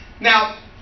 now